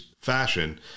fashion